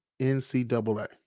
NCAA